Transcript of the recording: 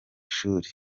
shuri